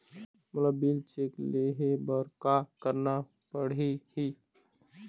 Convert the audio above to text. मोला bill check ले हे बर का करना पड़ही ही?